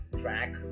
track